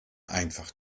einfach